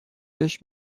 بهش